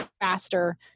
faster